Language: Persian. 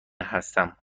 هستم